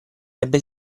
ebbe